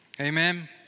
Amen